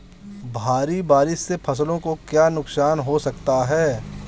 भारी बारिश से फसलों को क्या नुकसान हो सकता है?